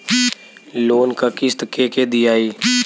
Loan क किस्त के के दियाई?